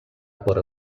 por